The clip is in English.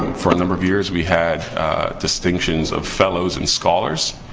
for a number of years, we had distinctions of fellows and scholars.